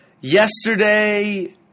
Yesterday